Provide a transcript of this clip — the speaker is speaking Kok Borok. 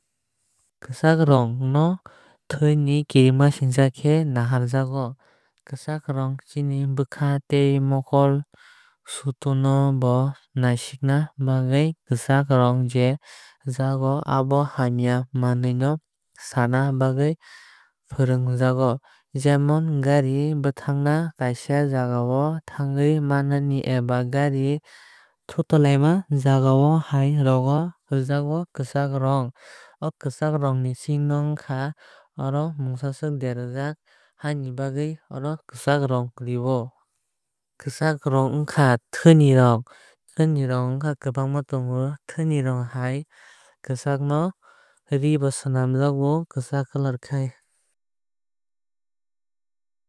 Kwchak rong no thwui kirimasingsa khe naharjago. Kwchak rong chini bwkha tei mokol no bo sotonu bono nasikna bagwui. Kwchak rong je jagao abo hamya manwui no sana bagwui fwnang jago. Jemon gari bwthakrwma kaisa jagao thangwui many eba gari thutalaima jaga hai rogo nukjago kwchak rong. O kwchak rong ni chinno ongkha oro mungsaswk derajak haini bagwui oro kwchak rong rio. Kwchak rong ongkha thwui ni rong. Thwui ni rong ongkha kwbangma tongo. Thwui ni rong hai kwchak no ree bo swnamjago kwchak kalar khai.